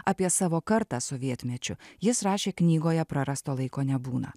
apie savo kartą sovietmečiu jis rašė knygoje prarasto laiko nebūna